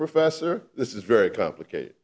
professor this is very complicated